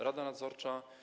Rada nadzorcza.